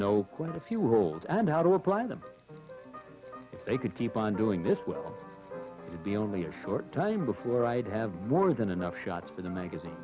know quite a few old and how to apply them if they could keep on doing this would be only a short time before i'd have more than enough shots for the magazine